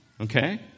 Okay